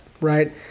right